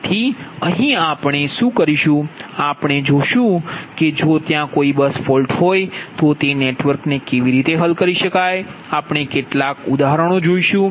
તેથી અહીં આપણે શું કરીશું આપણે જોશું કે જો ત્યાં કોઈ બસ ફૉલ્ટ હોય તો તે નેટવર્ક ને કેવી રીતે હલ કરી શકાય આપણે કેટલાક થોડા ઉદાહરણો જોઇશુ